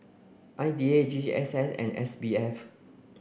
I D A G G S S and S B F